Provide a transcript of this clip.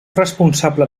responsable